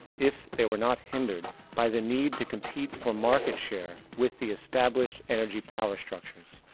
if they were not hindered by the need to compete for market share with the established energy power structures.